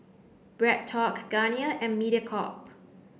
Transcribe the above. BreadTalk Garnier and Mediacorp